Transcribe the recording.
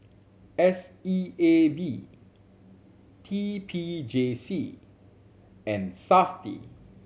S E A B T P J C and Safti